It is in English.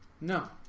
No